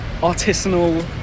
artisanal